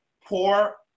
Poor